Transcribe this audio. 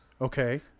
Okay